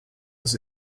was